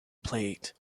plate